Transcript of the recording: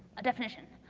a definition,